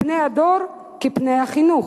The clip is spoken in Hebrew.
פני הדור כפני החינוך".